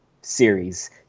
series